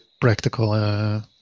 practical